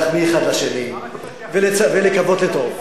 להחמיא אחד לשני ולקוות לטוב.